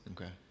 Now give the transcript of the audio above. Okay